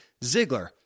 Ziggler